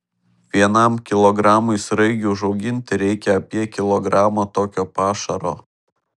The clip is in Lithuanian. vienam kilogramui sraigių užauginti reikia apie kilogramo tokio pašaro